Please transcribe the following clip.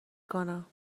کنم